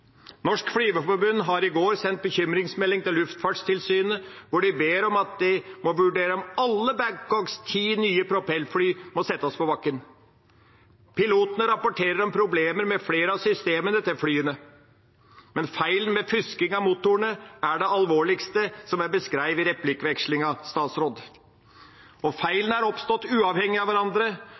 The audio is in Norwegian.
Norsk Flygerforbund sendte i går bekymringsmelding til Luftfartstilsynet, hvor de ber om at de må vurdere om alle Babcocks ti nye propellfly må settes på bakken. Pilotene rapporterer om problemer med flere av systemene til flyene, men feilen med motorer som fusker, er det alvorligste, som jeg beskrev i replikkvekslingen. Feilene er oppstått uavhengig av hverandre,